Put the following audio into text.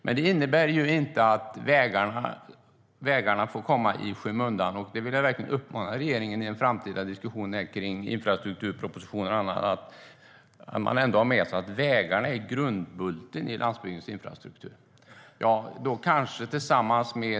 Men det innebär inte att vägarna får komma i skymundan. Jag vill verkligen uppmana regeringen att i en framtida diskussion kring infrastrukturpropositionen och annat ha med sig att vägarna är grundbulten i landsbygdens infrastruktur.